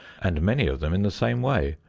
and many of them in the same way.